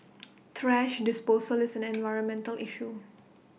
thrash disposal is an environmental issue